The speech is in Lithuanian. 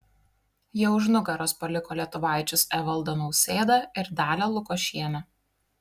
jie už nugaros paliko lietuvaičius evaldą nausėdą ir dalią lukošienę